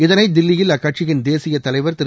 இதனை தில்லியில் அக்கட்சியின் தேசிய தலைவர் திரு